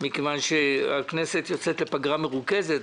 כיוון שהכנסת יוצאת לפגרה מרוכזת.